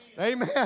Amen